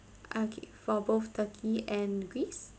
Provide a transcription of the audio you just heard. okay for both turkey and greece